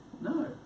No